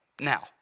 Now